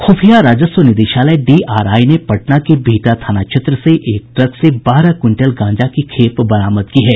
खुफिया राजस्व निदेशालय डीआरआई ने पटना के बिहटा थाना क्षेत्र से एक ट्रक से बारह क्विंटल गांजा की खेप बरामद की है